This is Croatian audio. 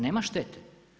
Nema štete.